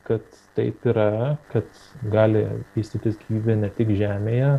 kad taip yra kad gali vystytis gyvybė ne tik žemėje